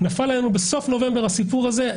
בסוף נובמבר נפל עלינו הסיפור הזה.